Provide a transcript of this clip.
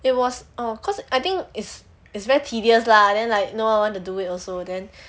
it was cause oh I think is is very tedious lah then like no one want to do it also then